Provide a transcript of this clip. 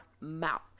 mouth